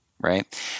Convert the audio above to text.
right